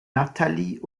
natalie